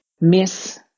miss